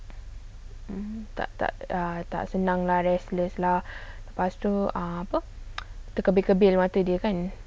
um tak tak senang lah reckless lah lepas tu ah apa terkebil-kebil mata dia kan